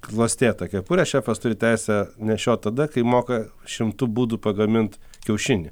klostėtą kepurę šefas turi teisę nešiot tada kai moka šimtu būdų pagamint kiaušinį